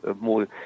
more